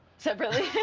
separately?